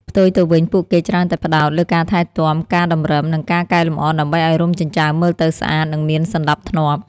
ផ្ទុយទៅវិញ ពួកគេច្រើនតែផ្តោតលើការថែទាំ ការតម្រឹម និងការកែលម្អដើម្បីឲ្យរោមចិញ្ចើមមើលទៅស្អាត និងមានសណ្តាប់ធ្នាប់។